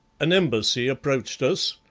an embassy approached us,